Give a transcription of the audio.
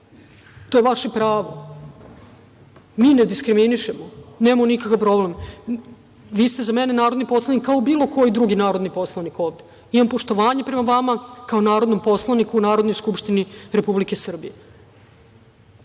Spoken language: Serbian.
To je vaše pravo. Mi ne diskriminišemo, nemamo nikakav problem. Vi ste za mene narodni poslanik kao bilo koji drugi narodni poslanik ovde. Imam poštovanje prema vama kao narodnom poslaniku u Narodnoj skupštini Republike Srbije.Zašto